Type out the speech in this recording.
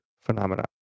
phenomena